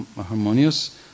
harmonious